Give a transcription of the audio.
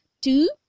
two